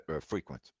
frequent